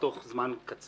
בתוך זמן קצר